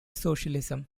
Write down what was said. socialism